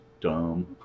dumb